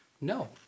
No